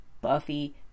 Buffy